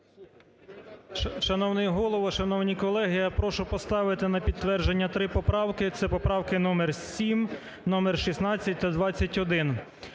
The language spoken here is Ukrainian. Шановний Голово, шановні колеги, я прошу поставити на підтвердження 3 поправки, це поправки номер 7, номер 16 та 21.